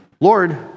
Lord